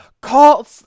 call